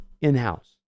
in-house